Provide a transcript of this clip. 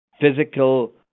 physical